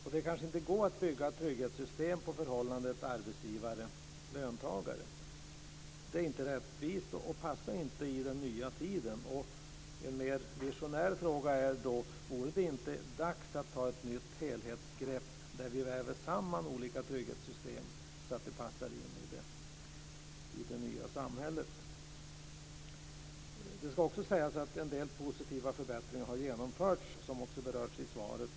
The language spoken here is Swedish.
Det går kanske inte att bygga trygghetssystem på förhållandet arbetsgivare-löntagare. Det är inte rättvist och passar inte i den nya tiden. En mer visionär fråga blir därför: Vore det inte dags att ta ett nytt helhetsgrepp som är av det slaget att vi väver samman olika trygghetssystem så att de passar i det nya samhället? Det ska sägas att en del positiva förbättringar har genomförts, något som också berörs i svaret.